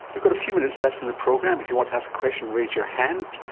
we've got a few minutes left in the program, if you want to ask a question raise your hand.